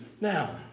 Now